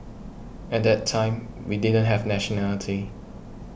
at that time we didn't have nationality